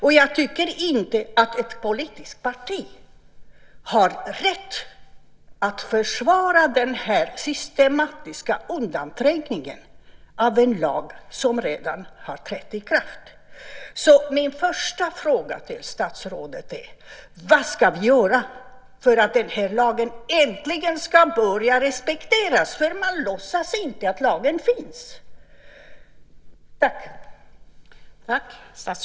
Och jag tycker inte att ett politiskt parti har rätt att försvara denna systematiska undanträngning av en lag som redan trätt i kraft. Min första fråga till statsrådet är därför: Vad kan vi göra för att lagen äntligen ska börja respekteras? Man låtsas nämligen att den inte finns.